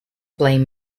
blame